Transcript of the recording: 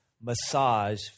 massage